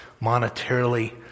monetarily